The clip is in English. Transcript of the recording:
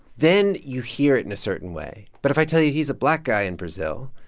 then you hear it in a certain way. but if i tell you he's a black guy in brazil,